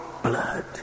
blood